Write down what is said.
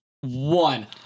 one